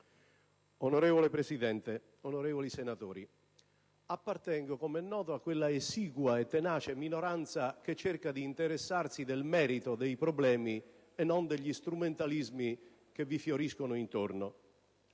Signor Presidente, onorevoli senatori, appartengo, come è noto, a quella esigua e tenace minoranza che cerca di interessarsi del merito dei problemi e non degli strumentalismi che vi fioriscono intorno.